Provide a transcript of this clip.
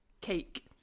cake